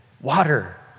water